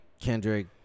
Kendrick